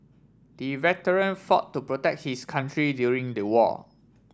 the veteran fought to protect his country during the war